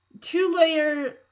two-layer